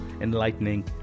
enlightening